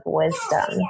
wisdom